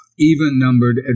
Even-numbered